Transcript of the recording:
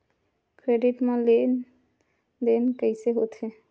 Credit मा लेन देन कइसे होथे?